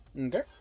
Okay